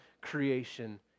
creation